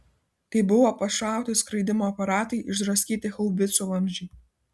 tai buvo pašauti skraidymo aparatai išdraskyti haubicų vamzdžiai